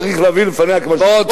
צריך להביא לפניה חוק שמוסכם,